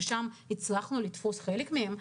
שם הצלחנו לתפוס חלק מהם,